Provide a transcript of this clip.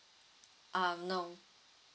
um no